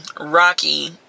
rocky